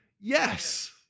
Yes